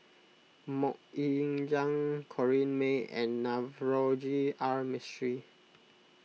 Mok Ying Jang Corrinne May and Navroji R Mistri